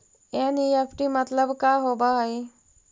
NEFT मतलब का होब हई?